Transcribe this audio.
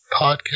Podcast